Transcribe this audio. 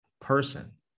person